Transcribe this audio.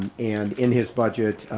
and in his budget,